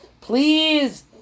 Please